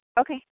Okay